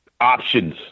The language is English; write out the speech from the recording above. options